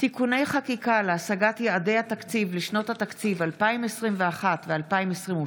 (תיקוני חקיקה להשגת יעדי התקציב לשנות התקציב 2021 ו-2022),